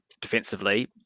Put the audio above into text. defensively